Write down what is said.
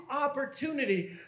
opportunity